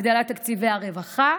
הגדלת תקציבי הרווחה,